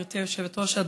גברתי היושבת-ראש,